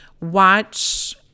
watch